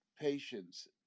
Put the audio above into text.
patients